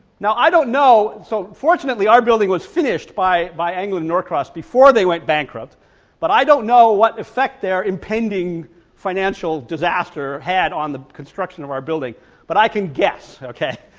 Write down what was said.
now i don't know, so fortunately our building was finished by by anglin and norcross before they went bankrupt but i don't know what effect their impending financial disaster had on the construction of our building but i can guess okay.